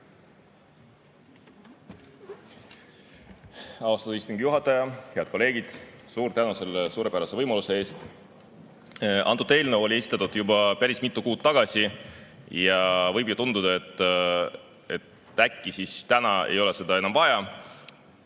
Austatud istungi juhataja! Head kolleegid! Suur tänu selle suurepärase võimaluse eest! Antud eelnõu esitati juba päris mitu kuud tagasi ja võib ju tunduda, et äkki siis täna ei ole seda enam vaja.